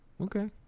Okay